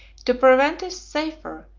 to prevent is safer,